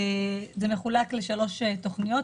זה מחולק לשלוש תוכניות,